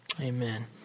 Amen